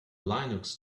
linux